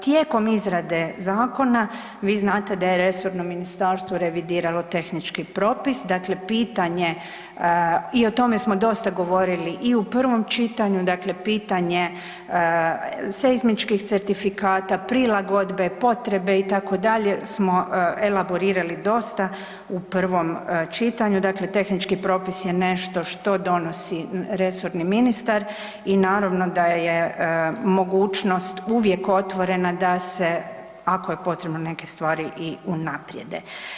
Tijekom izrade zakona, vi znate da je resorno ministarstvo revidiralo tehnički propis i o tome smo dosta govorili i u prvom čitanju, dakle pitanje seizmičkih certifikata, prilagodbe, potrebe itd. smo elaborirali dosta u prvom čitanju, dakle tehnički propis je nešto što donosi resorni ministar i naravno da je mogućnost uvijek otvorena da se ako je potrebno neke stvari da se i unaprijede.